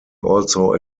also